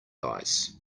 ice